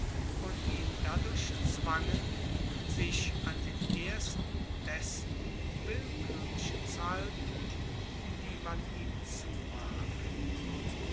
und ihn dadurch zwangen sich an den ersten besten willkürlichen zu halten die man ihm zuwarf